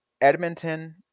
edmonton